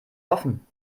offen